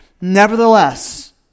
nevertheless